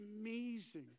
amazing